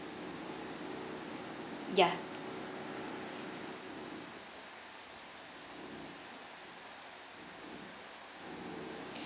yeah